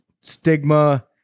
stigma